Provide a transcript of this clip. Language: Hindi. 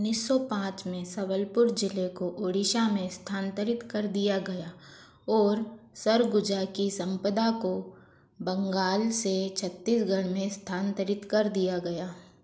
उन्नीस सौ पाँच में संबलपुर जिले को ओडिशा में स्थानांतरित कर दिया गया और सरगुजा की संपदा को बंगाल से छत्तीसगढ़ में स्थानांतरित कर दिया गया